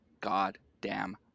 goddamn